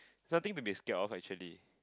something to be scared of actually